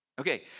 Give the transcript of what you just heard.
Okay